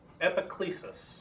epiclesis